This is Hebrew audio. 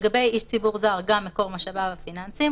לגבי איש ציבור זר גם מקור משאביו הפיננסיים,